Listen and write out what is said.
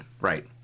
right